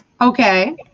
okay